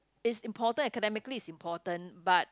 is important academically it's important but